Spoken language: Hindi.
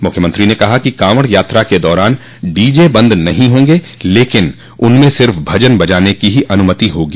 मुख्यमंत्री ने कहा कि कॉवड़ यात्रा के दौरान डीजे बंद नहीं होंगे लेकिन उसमें सिर्फ भजन बजाने की ही अनुमति होगी